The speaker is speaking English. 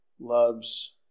loves